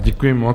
Děkuji moc.